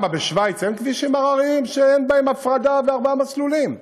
למה בשווייץ אין כבישים הרריים שיש בהם הפרדה וארבעה מסלולים?